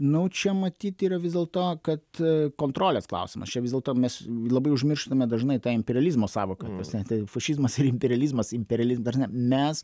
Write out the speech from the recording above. nu čia matyt yra vis dėlto kad kontrolės klausimas čia vis dėlto mes labai užmirštame dažnai tą imperializmo sąvoką nes tai fašizmas ir imperializmas imperializm ta prasme mes